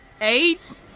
Eight